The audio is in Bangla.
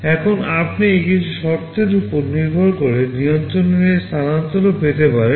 এখন আপনি কিছু শর্তের উপর নির্ভর করে নিয়ন্ত্রণের এই স্থানান্তরও পেতে পারেন